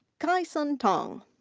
kai-hsun teng.